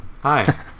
Hi